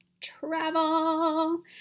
travel